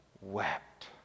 wept